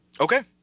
Okay